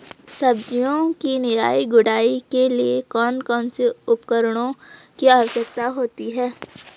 सब्जियों की निराई गुड़ाई के लिए कौन कौन से उपकरणों की आवश्यकता होती है?